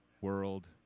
world